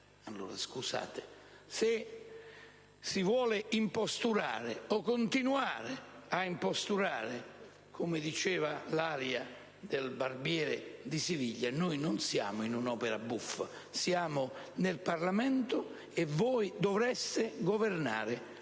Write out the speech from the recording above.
Scusate, ma si vuole imposturare o continuare a imposturare, come diceva l'aria del Barbiere di Siviglia: ma noi non siamo in un'opera buffa, siamo in Parlamento e voi dovreste governare